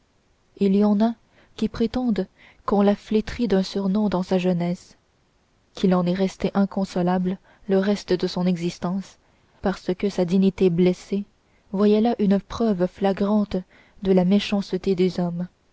il y en a qui prétendent qu'on l'a flétri d'un surnom dans sa jeunesse qu'il en est resté inconsolable le reste de son existence parce que sa dignité blessée voyait là une preuve flagrante de la méchanceté des hommes